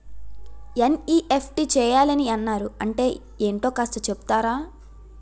NEFT చేయాలని అన్నారు అంటే ఏంటో కాస్త చెపుతారా?